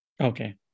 Okay